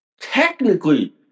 technically